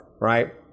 right